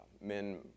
men